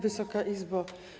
Wysoka Izbo!